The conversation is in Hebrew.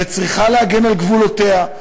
וצריכה להגן על גבולותיה,